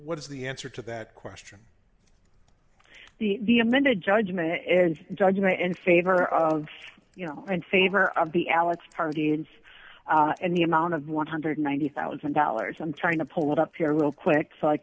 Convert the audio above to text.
what is the answer to that question the amended judgment and judgment in favor of you know in favor of the alex party and and the amount of one hundred and ninety thousand dollars i'm trying to pull it up here real quick so i